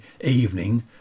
evening